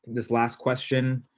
this last question